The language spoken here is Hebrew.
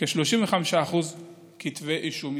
כ-35% מסך כתבי האישום.